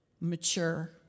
mature